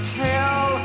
tell